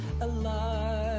alive